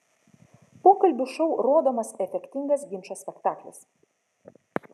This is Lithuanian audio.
pokalbių šou rodomas efektingas ginčo spektaklis